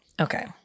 okay